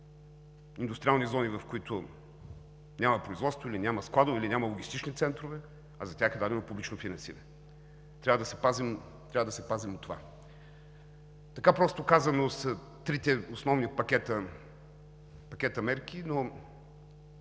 индустриални зони, в които няма производство, или няма складове, или няма логистични центрове, а за тях е дадено публично финансиране – трябва да се пазим от това. Така, просто казано, са трите основни пакета мерки, но